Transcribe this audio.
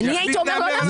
אני הייתי אומרת לא לאפשר.